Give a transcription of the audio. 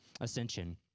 ascension